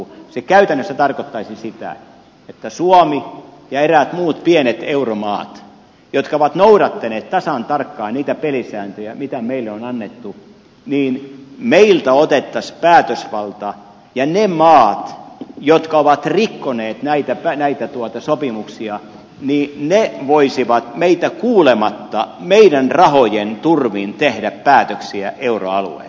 se käytännössä tarkoittaisi sitä että suomelta ja eräiltä muilta pieniltä euromailta jotka ovat noudattaneet tasan tarkkaan niitä pelisääntöjä mitä on annettu otettaisiin päätösvalta ja ne maat jotka ovat rikkoneet näitä sopimuksia voisivat meitä kuulematta meidän rahojemme turvin tehdä päätöksiä euroalueella